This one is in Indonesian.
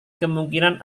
kemungkinan